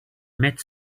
met